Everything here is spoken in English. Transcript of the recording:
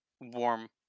warm